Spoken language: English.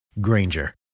Granger